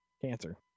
cancer